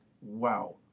wow